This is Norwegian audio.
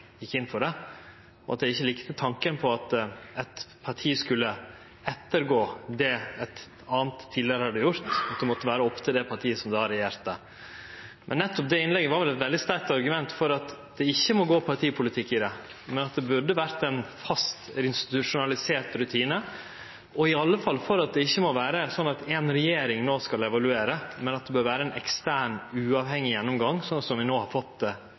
gjekk inn for det, og at dei ikkje likte tanken på at eit parti skulle ettergå det eit anna parti tidlegare hadde gjort, og at det måtte vere opp til det partiet som då regjerte. Nettopp det innlegget var vel eit veldig sterkt argument for at det ikkje må gå partipolitikk i det, men at det burde ha vore ein fast, institusjonalisert rutine, og i alle fall at det ikkje må vere slik at ei regjering no skal evaluere, men at det bør vere ein ekstern, uavhengig gjennomgang, slik som vi no har fått